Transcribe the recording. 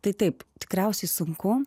tai taip tikriausiai sunku